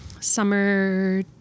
summer